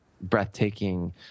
breathtaking